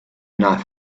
enough